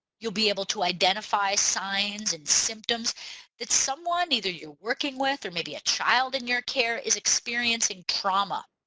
you'll be able to identify signs and symptoms that someone either you're working with or maybe a child in your care is experiencing trauma.